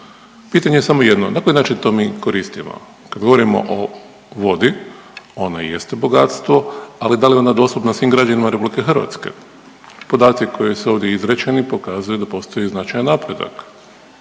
Pitanje je samo jedno. Na koji način to mi koristimo? Kad govorimo o vodi ono jeste bogatstvo ali da je ona dostupna svim građanima RH? Podaci koji su ovdje izrečeni pokazuju da postoji značajan napredak.